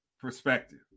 perspective